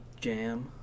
jam